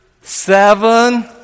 Seven